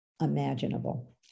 imaginable